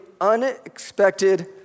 unexpected